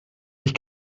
ich